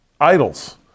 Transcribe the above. idols